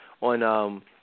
on